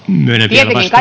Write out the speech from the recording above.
tietenkin